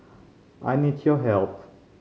I need your help